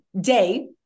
day